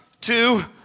two